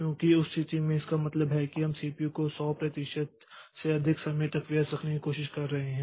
क्योंकि उस स्थिति में इसका मतलब है कि हम सीपीयू को 100 प्रतिशत से अधिक समय तक व्यस्त रखने की कोशिश कर रहे हैं